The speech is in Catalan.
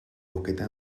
boqueta